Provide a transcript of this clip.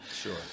Sure